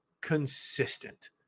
consistent